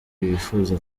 bifuza